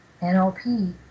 NLP